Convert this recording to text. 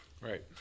right